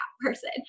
person